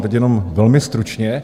Teď jenom velmi stručně.